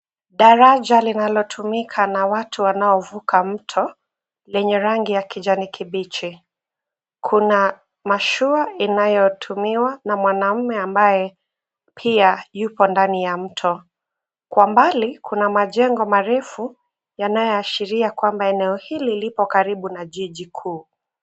Daraja linalotimika na watu wanaovuka mto, lenye rangi ya kijani kibichi. Kuna mashua inayotumiwa na mwanaume ambaye pia yuko ndani ya mto. Kwa umbali kuna majengo marefu, yanayoashiria kwamba eneo hili liko karibu na jiji kuu.